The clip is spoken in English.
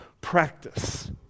practice